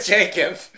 Jenkins